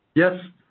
yes,